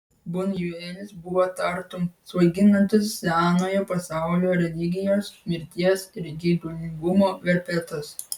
bunjuelis buvo tartum svaiginantis senojo pasaulio religijos mirties ir geidulingumo verpetas